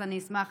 אז אשמח